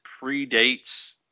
predates